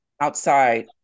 outside